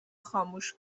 خاموش